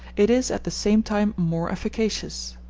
it is at the same time more efficacious.